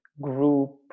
group